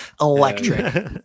Electric